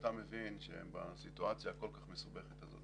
כשאתה מבין שבסיטואציה הכל-כך מסובכת הזאת,